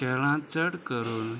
केळां चड करून